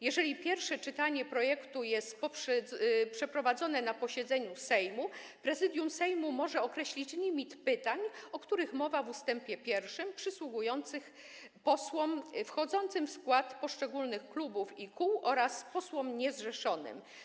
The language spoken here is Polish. Jeżeli pierwsze czytanie projektu jest przeprowadzone na posiedzeniu Sejmu, Prezydium Sejmu może określić limit pytań, o których mowa w ust. 1, przysługujących posłom wchodzącym w skład poszczególnych klubów i kół oraz posłom niezrzeszonym.